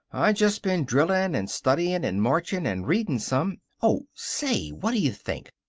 i just been drillin' and studyin' and marchin' and readin' some oh, say, what d'you think?